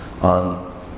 on